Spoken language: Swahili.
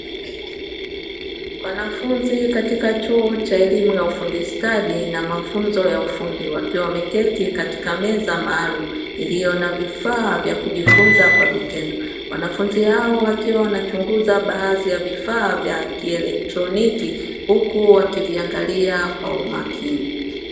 Wanafunzi katika chuo cha elimu ya ufundi stadi na mafunzo ya ufundi, wakiwa wameketi katika meza maalumu iliyo na vifaa vya kujifunza kwa vitendo. Wanafunzi hao wakiwa wanachunguza baadhi ya vifaa vya kielektroniki huku wakiviangalia kwa umakini.